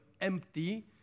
empty